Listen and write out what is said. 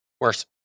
Worse